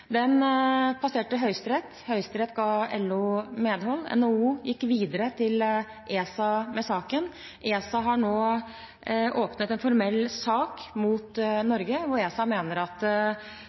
Den passerte Høyesterett. Høyesterett ga LO medhold. NHO gikk videre til ESA med saken. ESA har nå åpnet en formell sak mot Norge, hvor ESA mener at